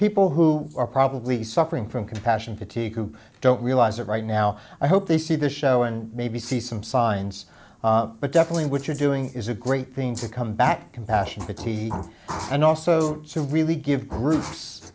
people who are probably suffering from compassion fatigue who don't realize that right now i hope they see this show and maybe see some signs but definitely what you're doing is a great thing to come back compassion and also to really give groups